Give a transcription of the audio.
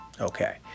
okay